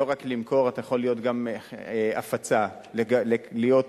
לא רק למכור, אתה יכול גם לעסוק בהפצה, נאמר להיות